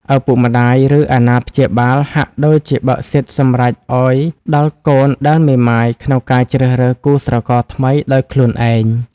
ឪពុកម្ដាយ ឬអាណាព្យាបាលហាក់ដូចជាបើកសិទ្ធិសម្រេចឲ្យដល់កូនដែលមេម៉ាយក្នុងការជ្រើសរើសគូស្រករថ្មីដោយខ្លួនឯង ។